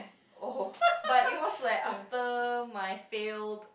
oh but it was like after my failed